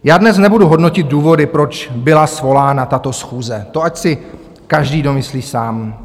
Já dnes nebudu hodnotit důvody, proč byla svolána tato schůze, to ať si každý domyslí sám.